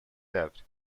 debt